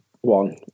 one